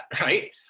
right